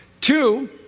Two